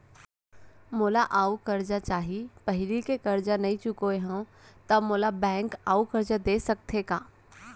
मोला अऊ करजा चाही पहिली के करजा नई चुकोय हव त मोल ला बैंक अऊ करजा दे सकता हे?